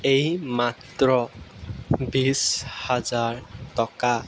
এইমাত্ৰ বিছ হাজাৰ টকা